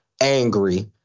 angry